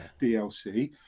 DLC